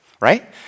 right